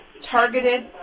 targeted